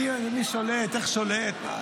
מי שולט, איך שולט.